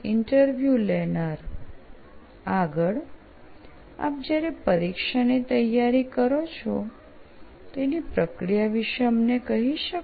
interview લેનાર આગળ આપ જયારે પરીક્ષાની તૈયારી કરો છો તેની પ્રક્રિયા વિષે અમને કહી શકો